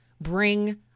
bring